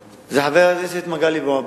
זה חבר הכנסת מגלי והבה.